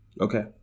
Okay